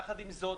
יחד עם זאת,